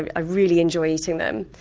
ah ah really enjoy eating them,